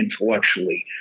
intellectually